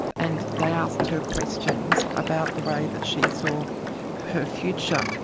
and they asked her questions about the way that she saw her future.